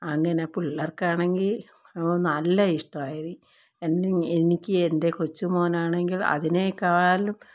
അങ്ങനെ പിള്ളേർക്കാണെങ്കിൽ നല്ല ഇഷ്ടവായി എന്നെ എനിക്ക് എൻ്റെ കൊച്ചു മോനാണെങ്കിൽ അതിനേക്കാലും